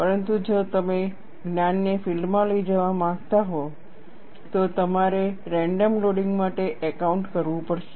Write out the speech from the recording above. પરંતુ જો તમે જ્ઞાનને ફિલ્ડમાં લઈ જવા માંગતા હો તો તમારે રેન્ડમ લોડિંગ માટે એકાઉન્ટ કરવું પડશે